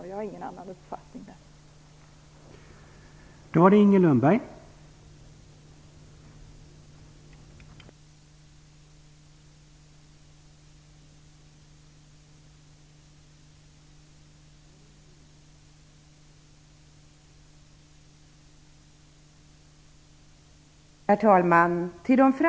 Vi har ingen annan uppfattning i det avseendet.